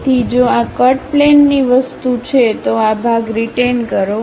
તેથી જો આ કટ પ્લેનની વસ્તુ છે તો આ ભાગ રીટેઈન કરો